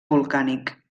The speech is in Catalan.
volcànic